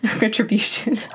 retribution